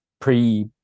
pre